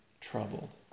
troubled